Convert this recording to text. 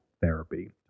therapy